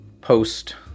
post